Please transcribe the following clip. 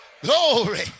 Glory